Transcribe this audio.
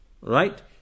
Right